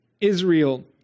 Israel